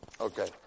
Okay